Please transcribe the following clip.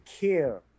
care